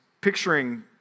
picturing